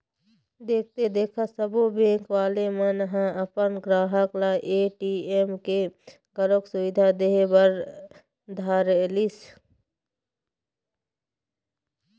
देखथे देखत सब्बो बेंक वाले मन ह अपन गराहक ल ए.टी.एम के घलोक सुबिधा दे बर धरलिस